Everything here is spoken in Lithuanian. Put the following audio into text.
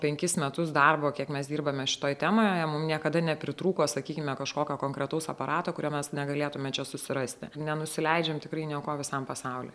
penkis metus darbo kiek mes dirbame šitoj temoje mum niekada nepritrūko sakykime kažkokio konkretaus aparato kurio mes negalėtumėme čia susirasti nenusileidžiame tikrai niekuo visam pasaulyje